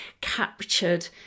captured